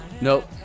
Nope